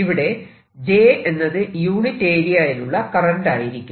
ഇവിടെ j എന്നത് unit ഏരിയയിലുള്ള കറന്റ് ആയിരിക്കും